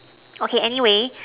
okay anyway